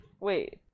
Wait